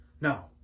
no